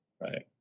right